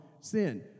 sin